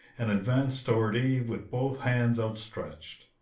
and advanced toward eve with both hands outstretched.